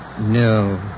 No